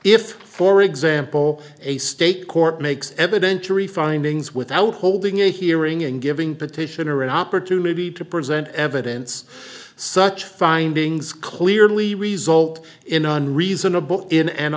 if for example a state court makes evidentiary findings without holding a hearing and giving petitioner an opportunity to present evidence such findings clearly result in an reasonable in an